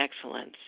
excellence